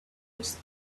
its